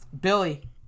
Billy